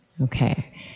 Okay